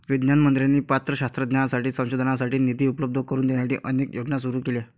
विज्ञान मंत्र्यांनी पात्र शास्त्रज्ञांसाठी संशोधनासाठी निधी उपलब्ध करून देण्यासाठी अनेक योजना सुरू केल्या